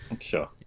Sure